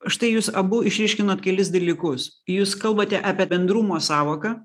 štai jūs abu išryškinot kelis dalykus jūs kalbate apie bendrumo sąvoką